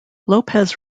lopez